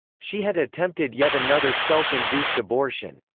she had attempted yet another self-induced abortion.